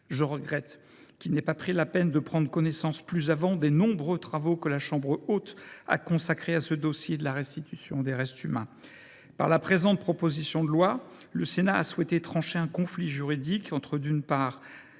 Je regrette qu’ils n’aient pas pris la peine de prendre connaissance plus avant des nombreux travaux que la chambre haute a consacrés au dossier de la restitution des restes humains. Par la présente proposition de loi, le Sénat a souhaité trancher un conflit juridique entre, d’une part,